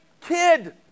kid